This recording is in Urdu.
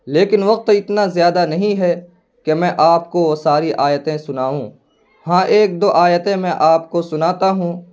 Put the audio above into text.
لیکن وقت اتنا زیادہ نہیں ہے کہ میں آپ کو وہ ساری آیتیں سناؤں ہاں ایک دو آیتیں میں آپ کو سناتا ہوں